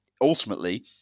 ultimately